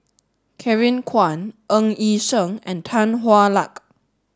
Kevin Kwan Ng Yi Sheng and Tan Hwa Luck